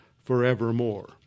forevermore